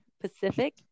Pacific